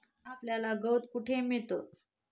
आपल्याला गवत कुठे मिळतं?